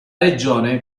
regione